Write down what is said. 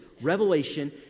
Revelation